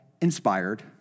inspired